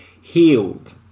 healed